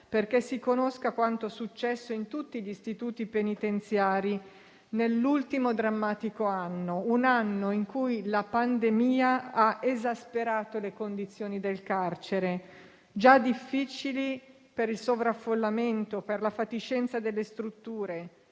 perché si conosca quanto successo in tutti gli istituti penitenziari nell'ultimo drammatico anno, un anno in cui la pandemia ha esasperato le condizioni del carcere, già difficili per il sovraffollamento, per la fatiscenza delle strutture,